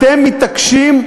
אתם מתעקשים,